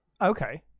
Okay